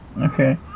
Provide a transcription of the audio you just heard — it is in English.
Okay